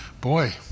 boy